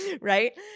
right